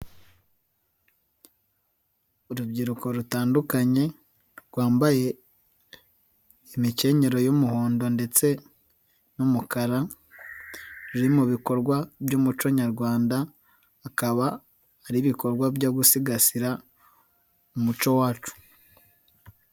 Urubyiruko rutandukanye, rwambaye imikenyero y'umuhondo ndetse n'umukara, ruri mu bikorwa by'umuco nyarwanda, akaba ari ibikorwa byo gusigasira umuco wacu.